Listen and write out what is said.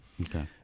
Okay